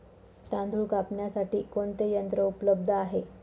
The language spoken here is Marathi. तांदूळ कापण्यासाठी कोणते यंत्र उपलब्ध आहे?